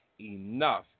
enough